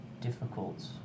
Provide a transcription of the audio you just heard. difficult